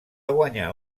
guanyar